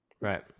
right